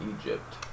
Egypt